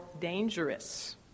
dangerous